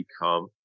become